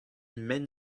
men